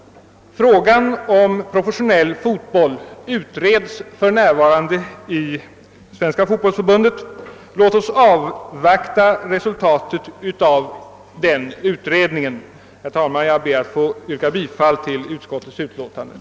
Frågan om professionell fotboll utreds för närvarande i Svenska fotbollförbundet. Låt oss avvakta resultatet av den utredningen! Herr talman! Jag ber att få yrka bifall till utskottets hemställan.